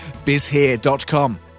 bizhere.com